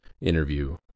interview